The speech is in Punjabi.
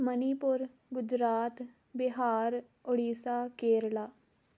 ਮਨੀਪੁਰ ਗੁਜਰਾਤ ਬਿਹਾਰ ਉੜੀਸਾ ਕੇਰਲਾ